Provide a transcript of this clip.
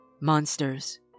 Monsters